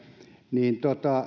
niin